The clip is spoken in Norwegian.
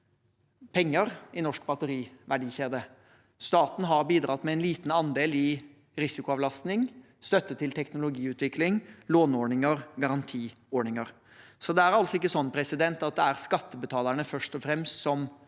penger i norsk batteriverdikjede. Staten har bidratt med en liten andel i risikoavlastning, støtte til teknologiutvikling, låneordninger og garantiordninger. Det er altså ikke sånn at det først og fremst er skattebetalerne som finansierer